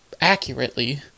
accurately